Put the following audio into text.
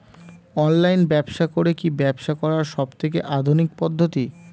Online ব্যবসা করে কি ব্যবসা করার সবথেকে আধুনিক পদ্ধতি?